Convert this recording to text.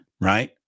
right